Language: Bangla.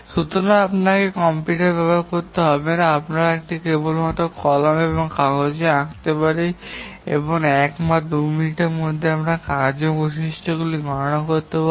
সুতরাং আপনাকে একটি কম্পিউটার ব্যবহার করতে হবে না আমরা কেবল এটি কলম এবং কাগজ দ্বারা আঁকতে পারি এবং এক বা দুই মিনিটের মধ্যে আমরা কার্য বৈশিষ্ট্যগুলি গণনা করতে পারি